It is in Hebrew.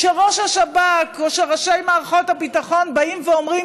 כשראש השב"כ או ראשי מערכות הביטחון באים ואומרים: